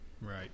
right